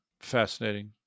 fascinating